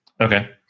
Okay